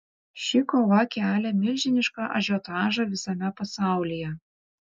ši kova kelia milžinišką ažiotažą visame pasaulyje